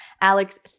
Alex